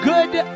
Good